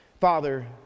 Father